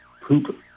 poop